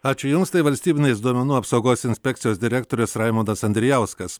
ačiū jums tai valstybinės duomenų apsaugos inspekcijos direktorius raimondas andrijauskas